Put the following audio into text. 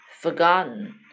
forgotten